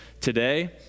today